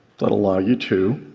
that allow you to